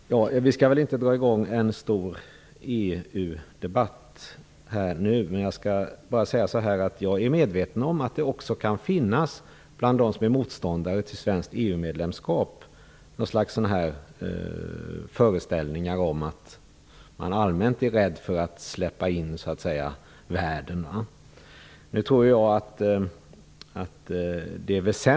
Vi skall inte dra i gång en stor EU-debatt nu. Jag skall bara säga att jag är medveten om att det bland dem som är motståndare till ett svenskt EU medlemskap också kan finnas en allmän rädsla för att släppa in "världen".